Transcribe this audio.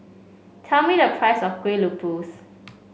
tell me the price of Kuih Lopes